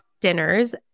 dinners